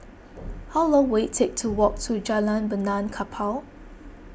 how long will it take to walk to Jalan Benaan Kapal